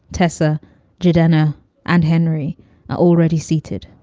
tessa giardina and henry are already seated